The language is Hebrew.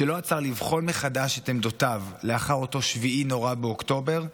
שלא עצר לבחון מחדש את עמדותיו לאחר אותו 7 באוקטובר הנורא,